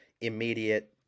immediate